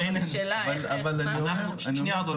אבל השאלה --- ח"כ שרון,